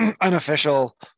unofficial